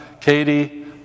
Katie